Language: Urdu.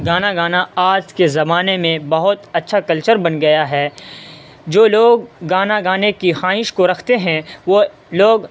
گانا گانا آج کے زمانے میں بہت اچّھا کلچر بن گیا ہے جو لوگ گانا گانے کی خواہش کو رکھتے ہیں وہ لوگ